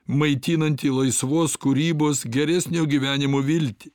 maitinantį laisvos kūrybos geresnio gyvenimo viltį